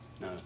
no